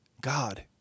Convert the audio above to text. God